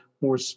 more